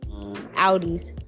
Audis